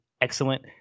excellent